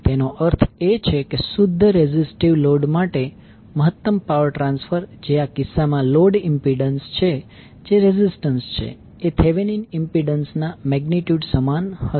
તેનો અર્થ એ છે કે શુદ્ધ રીઝિસ્ટિવ લોડ માટે મહત્તમ પાવર ટ્રાન્સફર જે આ કિસ્સામાં લોડ ઇમ્પિડન્સ જે રેઝિસ્ટન્સ છે એ થેવેનીન ઇમ્પિડન્સ ના મેગ્નિટ્યુડ સમાન હશે